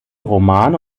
romane